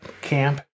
camp